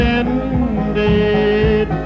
ended